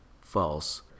false